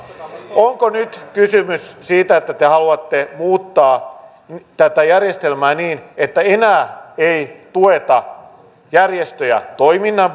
onko nyt kysymys siitä että te haluatte muuttaa tätä järjestelmää niin että enää ei tueta järjestöjä toiminnan